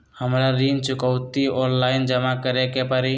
हमरा ऋण चुकौती ऑनलाइन जमा करे के परी?